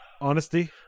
Honesty